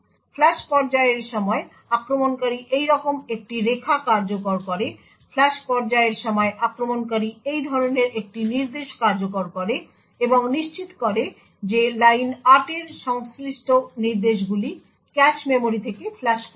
flush পর্যায়ের সময় আক্রমণকারী এইরকম একটি রেখা কার্যকর করে ফ্লাশ পর্যায়ের সময় আক্রমণকারী এই ধরনের একটি নির্দেশ কার্যকর করে এবং নিশ্চিত করে যে লাইন 8 এর সংশ্লিষ্ট নির্দেশগুলি ক্যাশ মেমরি থেকে ফ্লাশ করেছে